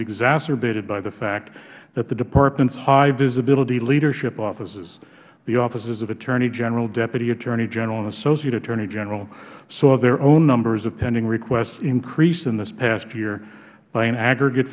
exacerbated by the fact that the department's high visibility leadership offices the offices of attorney general deputy attorney general and associate attorney general saw their own numbers of pending requests increase in this past year by an aggregate